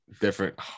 different